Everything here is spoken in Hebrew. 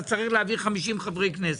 אז צריך להעביר 50 חברי כנסת,